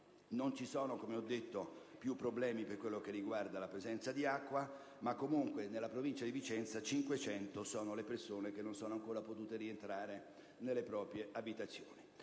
Non ci sono più problemi, come ho detto, per quanto riguarda la presenza di acqua ma comunque, nella provincia di Vicenza, sono 500 le persone che non sono ancora potute rientrare nelle proprie abitazioni.